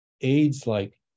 AIDS-like